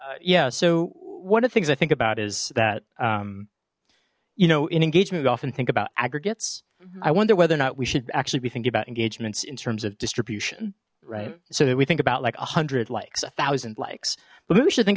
yeah so one of the things i think about is that you know in engagement we often think about aggregates i wonder whether or not we should actually be thinking about engagements in terms of distribution right so that we think about like a hundred likes a thousand likes but maybe we should think